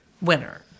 Winner